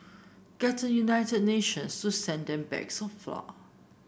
get the United Nations to send them bags of flour